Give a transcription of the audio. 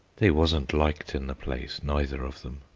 they wasn't liked in the place, neither of them,